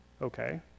Okay